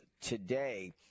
today